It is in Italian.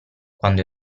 quando